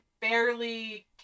barely